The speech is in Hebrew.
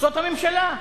זאת הממשלה.